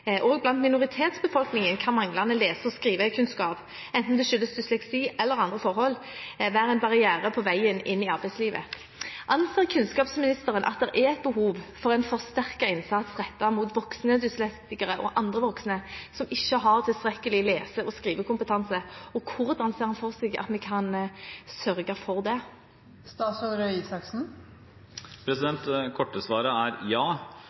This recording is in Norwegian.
og skrivekompetanse. Også blant minoritetsbefolkningen kan manglende lese- og skrivekunnskap – enten det skyldes dysleksi eller andre forhold – være en barriere på veien inn i arbeidslivet. Anser kunnskapsministeren at det er behov for en forsterket innsats rettet mot voksne dyslektikere og andre voksne som ikke har tilstrekkelig lese- og skrivekompetanse? Og hvordan ser han for seg at vi kan sørge for det? Det korte svaret er ja. Det litt lengre svaret er